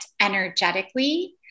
energetically